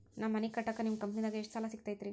ನಾ ಮನಿ ಕಟ್ಟಾಕ ನಿಮ್ಮ ಕಂಪನಿದಾಗ ಎಷ್ಟ ಸಾಲ ಸಿಗತೈತ್ರಿ?